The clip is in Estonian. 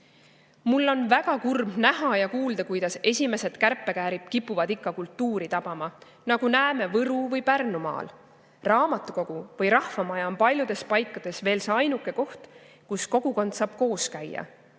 Mul on väga kurb näha ja kuulda, kuidas esimesed kärpekäärid kipuvad ikka kultuuri tabama, nagu näeme Võru- või Pärnumaal. Raamatukogu või rahvamaja on paljudes paikades veel see ainuke koht, kus kogukond saab koos käia.